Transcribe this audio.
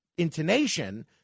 intonation